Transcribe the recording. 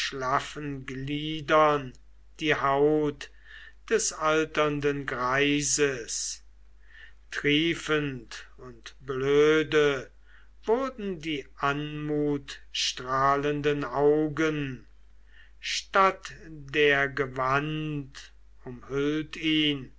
schlaffen gliedern die haut des alternden greises triefend und blöde wurden die anmutstrahlenden augen statt der gewand umhüllt ihn